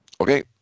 Okay